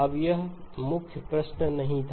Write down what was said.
अब यह मुख्य प्रश्न नहीं था